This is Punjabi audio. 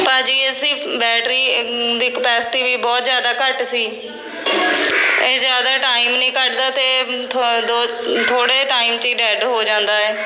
ਭਾਅ ਜੀ ਇਸਦੀ ਬੈਟਰੀ ਦੀ ਕਪੈਸਟੀ ਵੀ ਬਹੁਤ ਜ਼ਿਆਦਾ ਘੱਟ ਸੀ ਇਹ ਜ਼ਿਆਦਾ ਟਾਈਮ ਨਹੀਂ ਕੱਢਦਾ ਅਤੇ ਥੋ ਦੋ ਥੋੜ੍ਹੇ ਟਾਈਮ 'ਚ ਹੀ ਡੈਡ ਹੋ ਜਾਂਦਾ ਹੈ